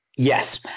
yes